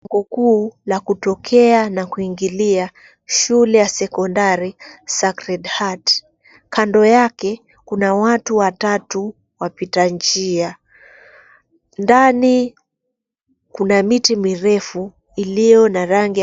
Lango kuu la kutokea na kuingilia shule ya sekondari sacred Hearts. Kando yake kuna watu watatu wapita njia. Ndani kuna miti mirefu iliyo na rangi.